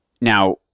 Now